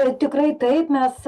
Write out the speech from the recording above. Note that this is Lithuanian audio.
tikrai taip mes